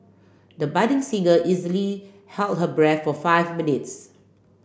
the budding singer easily held her breath for five minutes